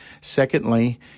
secondly